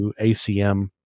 ACM